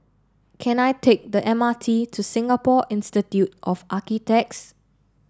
can I take the M R T to Singapore Institute of Architects